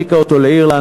העתיקה אותו לאירלנד.